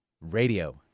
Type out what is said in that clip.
Radio